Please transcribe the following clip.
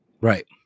Right